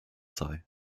sei